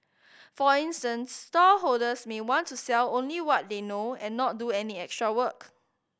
for instance stallholders may want to sell only what they know and not do any extra work